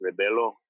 Rebelo